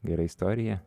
gera istorija